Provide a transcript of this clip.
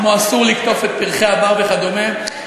כמו "אסור לקטוף את פרחי הבר" וכדומה.